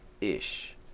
ish